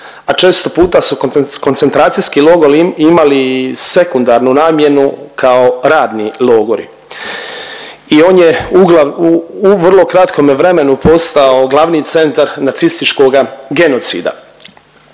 a često puno su koncentracijski logori imali i sekundarnu namjenu kao radni logori i on je u vrlo kratkome vremenu postao glavni centar nacističkoga genocida.